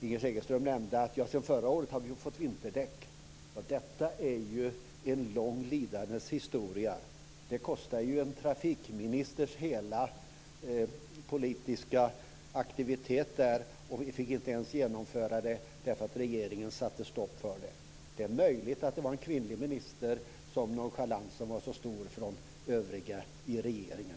Inger Segelström nämnde att vi sedan förra året har fått regler för vinterdäck. Detta är ju en lång lidandets historia. Det kostade en trafikministers hela politiska aktivitet. Vi fick inte ens genomföra det därför att regeringen satte stopp för det. Det är möjligt att det var för att det var en kvinnlig minister som nonchalansen var så stor från de övriga i regeringen.